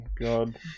God